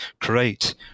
create